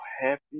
happy